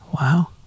Wow